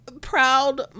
proud